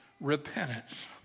repentance